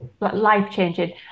life-changing